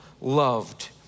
loved